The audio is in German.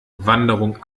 wanderung